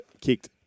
kicked